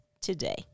today